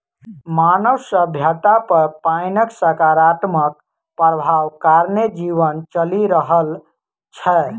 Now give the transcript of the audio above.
मानव सभ्यता पर पाइनक सकारात्मक प्रभाव कारणेँ जीवन चलि रहल छै